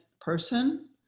person